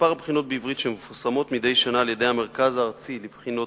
מספר הבחינות בעברית שמתפרסמות מדי שנה על-ידי המרכז הארצי לבחינות